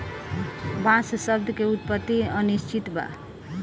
बांस शब्द के उत्पति अनिश्चित बा